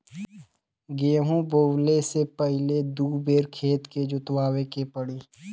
गेंहू बोवले से पहिले दू बेर खेत के जोतवाए के पड़ी